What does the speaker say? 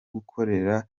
gukorera